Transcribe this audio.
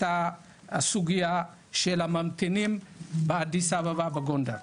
הסוגיה של הממתינים באדיס אבבה ובגונדר.